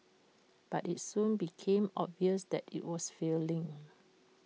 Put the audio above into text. but IT soon became obvious that IT was failing